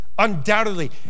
Undoubtedly